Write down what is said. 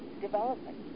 development